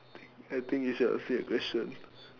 I think you should ask me a question